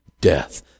death